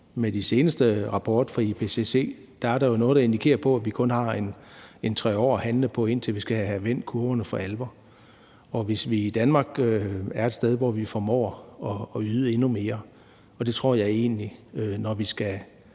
med den seneste rapport fra IPCC er der jo noget, der indikerer, at vi kun har omkring 3 år til at handle, indtil vi skal have vendt kurverne for alvor. Og hvis vi i Danmark er et sted, hvor vi formår at yde endnu mere – og det tror jeg egentlig – og vi skal